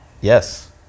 yes